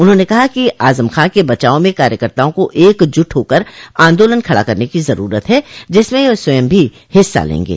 उन्होंने कहा कि आजम खां के बचाव में कार्यकर्ताओं को एकजुट होकर आन्दोलन खड़ा करने की जरूरत है जिसमें वह स्वयं भी हिस्सा लेंगे